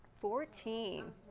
Fourteen